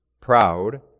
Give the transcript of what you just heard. proud